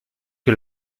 que